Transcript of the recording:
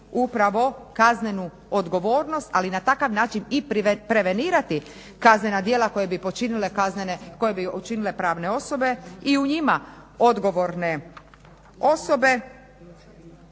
upravo kaznenu odgovornost, ali na takav način i prevenirati kaznena djela koje bi počinile pravne osobe i u njima odgovorne osobe.